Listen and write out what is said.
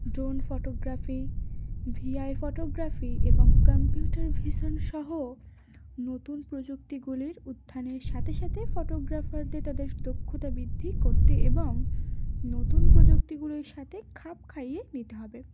drone photography ভি AI photography এবং computer ভিশনসহ নতুন প্রযুক্তিগুলির উত্থানের সাথে সাথে ফটোগ্রাফারদের তাদের দক্ষতা বৃদ্ধি করতে এবং নতুন প্রযুক্তিগুলির সাথে খাপ খাইয়ে নিতে হবে